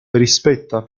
rispetta